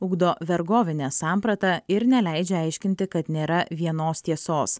ugdo vergovinę sampratą ir neleidžia aiškinti kad nėra vienos tiesos